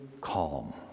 calm